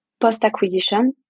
post-acquisition